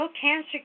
cancer